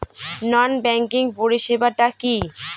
নন banking পরিষেবা টা কি?